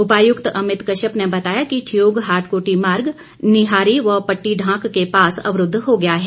उपायुक्त अमित कश्यप ने बताया कि ठियोग हाटकोटी मार्ग निहारी व पट्टीढांक के पास अवरूद्ध हो गया है